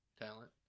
talent